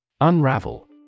Unravel